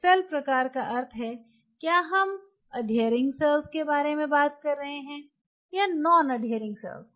cell प्रकार का अर्थ है क्या हम अडहियरिंग सेल्स के बारे में बात कर रहे हैं या नॉन अडहियरिंग सेल्स